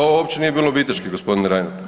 Ovo uopće nije bilo viteški gospodine Reiner.